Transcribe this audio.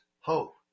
hope